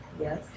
Yes